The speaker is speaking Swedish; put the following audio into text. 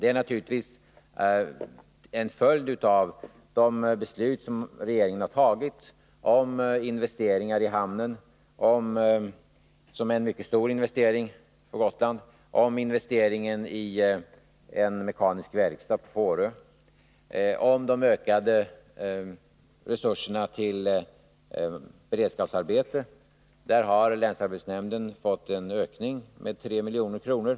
Det är naturligtvis en följd av de beslut som regeringen har tagit om t.ex. Om arbetslösheten investeringen i hamnen — som är en mycket stor investering på Gotland —, om på Gotland investeringen i en mekanisk verkstad på Fårö och om de ökade resurserna till beredskapsarbeten. Här har länsarbetsnämnden fått en ökning med 3 milj.kr.